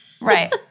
Right